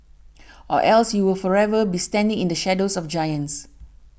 or else you will forever be standing in the shadows of giants